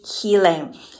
healing